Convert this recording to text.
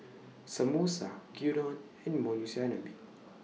Samosa Gyudon and Monsunabe